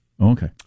Okay